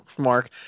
Mark